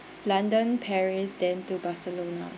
london paris then to barcelona